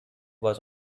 was